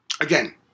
again